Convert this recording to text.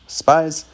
spies